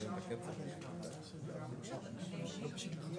להשגיח על הילד,